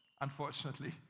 unfortunately